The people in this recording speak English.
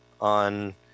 on